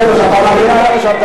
הייתם בשלטון?